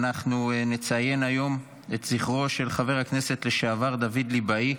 אנחנו נציין היום את זכרו של חבר הכנסת לשעבר דוד ליבאי.